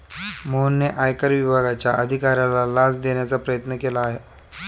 मोहनने आयकर विभागाच्या अधिकाऱ्याला लाच देण्याचा प्रयत्न केला